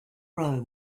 rome